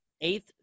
Eighth